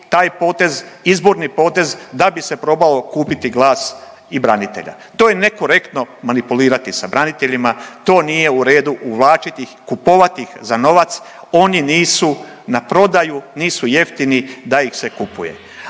potez izborni potez da bi se probao kupiti glas i branitelja. To je nekorektno manipulirati sa braniteljima, to nije u redu uvlačit ih, kupovat ih za novac, oni nisu na prodaju, nisu jeftini da ih se kupuje.